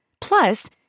Plus